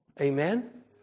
Amen